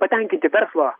patenkinti verslo